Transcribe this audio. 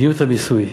מדיניות המיסוי,